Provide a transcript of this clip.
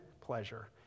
pleasure